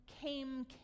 came